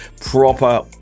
proper